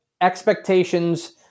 expectations